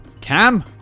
cam